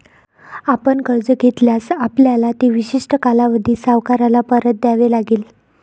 आपण कर्ज घेतल्यास, आपल्याला ते विशिष्ट कालावधीत सावकाराला परत द्यावे लागेल